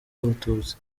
abatutsi